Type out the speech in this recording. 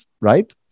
right